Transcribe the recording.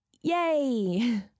Yay